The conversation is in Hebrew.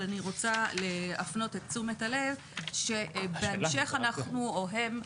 אבל אני רוצה להפנות את תשומת הלב שבהמשך אנחנו או הם,